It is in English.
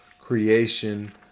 creation